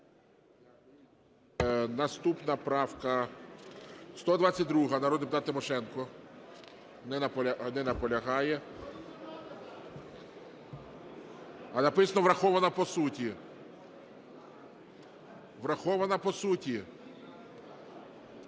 Наступна правка 122, народний депутат Тимошенко. Не наполягає. А написано "врахована по суті". Врахована по суті.